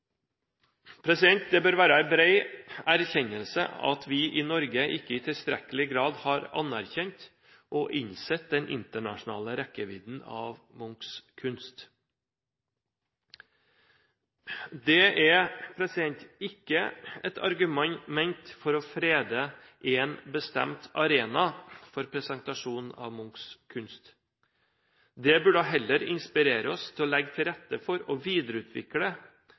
Det bør være en bred erkjennelse av at vi i Norge ikke i tilstrekkelig grad har anerkjent og innsett rekkevidden av Munchs kunst internasjonalt. Det er ikke et argument for å frede én bestemt arena for presentasjon av Munchs kunst. Det burde heller inspirere oss til å legge til rette for å videreutvikle